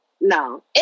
no